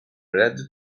ready